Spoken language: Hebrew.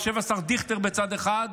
יושב השר דיכטר בצד אחד,